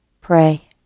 pray